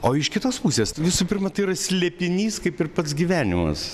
o iš kitos pusės visų pirma tai yra slėpinys kaip ir pats gyvenimas